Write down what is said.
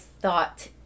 thought